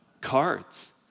cards